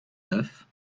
neuf